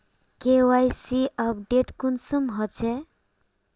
KYC update कुंसम होचे?